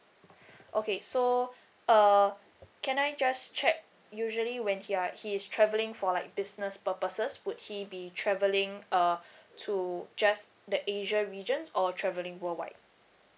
okay so uh can I just check usually when he are he is travelling for like business purposes would he be travelling uh to just the asia regions or travelling worldwide